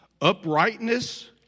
Uprightness